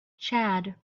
chad